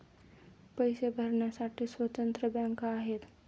पैसे भरण्यासाठी स्वतंत्र बँका आहेत